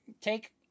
take